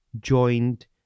joined